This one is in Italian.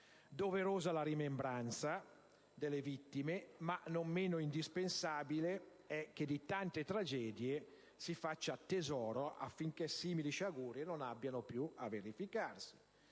Doverosa la rimembranza delle vittime, ma non meno indispensabile è che di tante tragedie si faccia tesoro affinché simili sciagure non abbiano più a verificarsi.